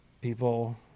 people